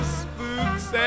spooks